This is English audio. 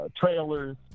trailers